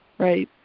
right?